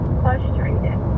frustrated